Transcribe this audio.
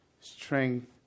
Strength